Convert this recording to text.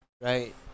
Right